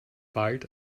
wald